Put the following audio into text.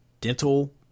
dental